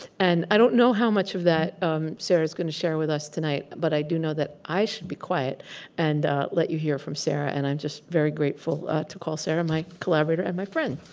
and i don't know how much of that sara is going to share with us tonight, but i do know that i should be quiet and let you hear from sarah. and i'm just very grateful to call sara my collaborator and my friend.